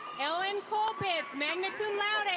ellen pulpitz, magna cum